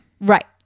right